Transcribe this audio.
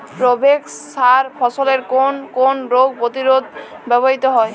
Provex সার ফসলের কোন কোন রোগ প্রতিরোধে ব্যবহৃত হয়?